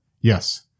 yes